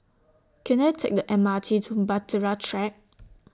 Can I Take The M R T to Bahtera Track